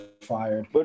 fired